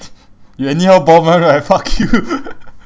you anyhow bomb [one] right fuck you